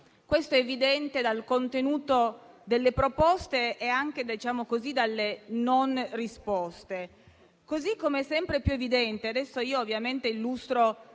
Questo è evidente dal contenuto delle proposte e anche dalle mancate risposte.